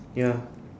ya